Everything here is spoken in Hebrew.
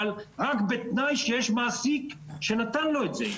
אבל רק בתנאי שיש מעסיק שנתן לו את זה.